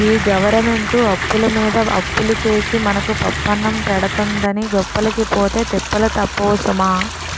ఈ గవరమెంటు అప్పులమీద అప్పులు సేసి మనకు పప్పన్నం పెడతందని గొప్పలకి పోతే తిప్పలు తప్పవు సుమా